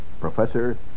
Professor